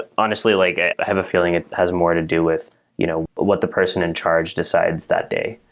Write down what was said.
honestly, like i have a feeling it has more to do with you know what the person in charge decides that day,